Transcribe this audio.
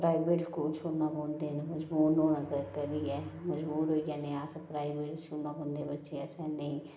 private school छोड़ने पौंदे न मजबूर होना करदे न होइयै मजबूर होई जन्ने आं अस प्राइवेट छोड़ने पौंदे बच्चे असें नेईं